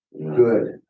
Good